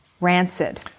rancid